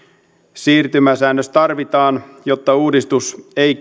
siirtymäsäännös tarvitaan jotta uudistus ei